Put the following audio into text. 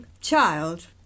child